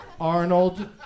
Arnold